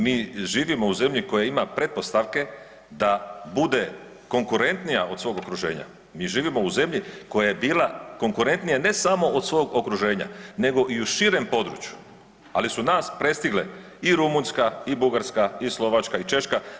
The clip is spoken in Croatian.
Mi živimo u zemlji koja ima pretpostavke da bude konkurentnija od svog okruženja, mi živimo u zemlji koja je bila konkurentnija ne samo od svog okruženja nego i u širem području ali su nas prestigle i Rumunjska i Bugarska i Slovačka i Češka.